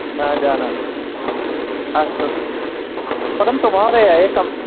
न जानामि अस्तु परन्तु महोदय एकम्